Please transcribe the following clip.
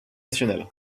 nationale